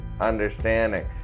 understanding